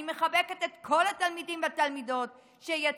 אני מחבקת את כל התלמידים והתלמידות שיצאו.